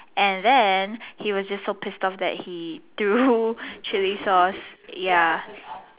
and then he was just so pissed off that he threw chili sauce ya